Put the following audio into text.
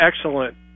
excellent